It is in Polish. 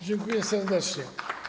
Dziękuję serdecznie.